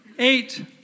Eight